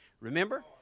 Remember